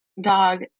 dog